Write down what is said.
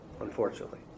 unfortunately